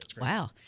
Wow